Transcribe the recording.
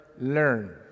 learn